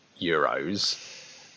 euros